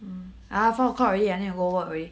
mm ah four o clock already I need to go work already